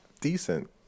decent